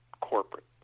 corporate